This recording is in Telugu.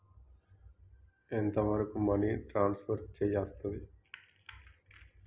ఎంత వరకు మనీ ట్రాన్స్ఫర్ చేయస్తది?